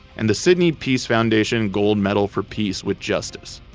and the sydney peace foundation gold medal for peace with justice.